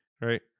right